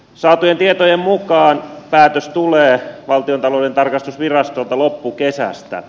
saatujen tietojen mukaan päätös tulee valtiontalouden tarkastusvirastolta loppukesästä